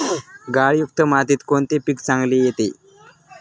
गाळयुक्त मातीत कोणते पीक चांगले येते?